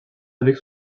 avec